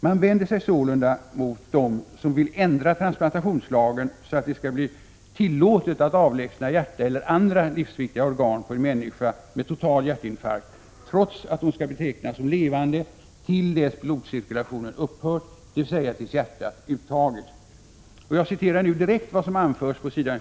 Man vänder sig sålunda mot dem som vill ändra transplantationslagen så att det skall bli tillåtet att avlägsna hjärtat eller andra livsviktiga organ från en människa med total hjärninfarkt, trots att hon skall betecknas som levande till dess blodcirkulationen har upphört, dvs. tills hjärtat är uttaget. Jag citerar nu direkt vad som anförs på sid.